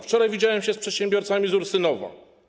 Wczoraj widziałem się z przedsiębiorcami z Ursynowa.